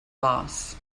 boss